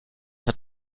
hat